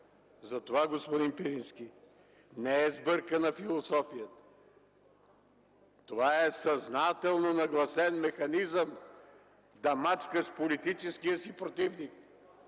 затова, господин Пирински, не е сбъркана философията! Това е съзнателно нагласен механизъм да мачкаш политическия си противник